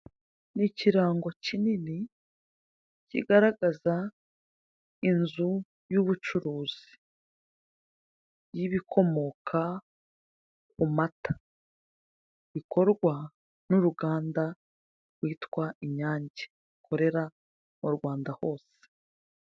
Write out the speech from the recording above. Ni ikirango kinini kigaragaza inzu y'ubucuruzi y'ibikomoka ku mata bikorwa n'uruganda rwitwa Inyange rukorera mu Rwanda hose.